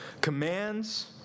commands